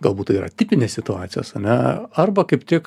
galbūt tai yra tipinės situacijos ane arba kaip tik